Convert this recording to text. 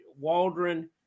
Waldron